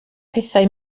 pethau